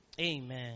Amen